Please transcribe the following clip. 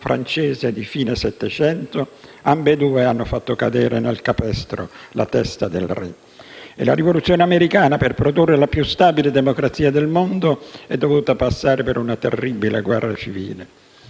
francese di fine Settecento, ambedue hanno fatto cadere nel capestro la testa del re. E la Rivoluzione americana, per produrre la più stabile democrazia del mondo, è dovuta passare per una terribile guerra civile.